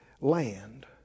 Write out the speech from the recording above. land